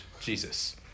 Jesus